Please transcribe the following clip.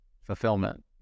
fulfillment